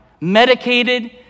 medicated